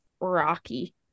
Rocky